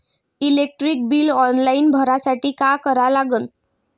Electric bill online भरासाठी का करा लागन?